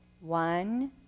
one